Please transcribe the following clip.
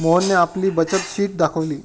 मोहनने आपली बचत शीट दाखवली